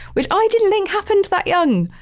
which i didn't think happened that young.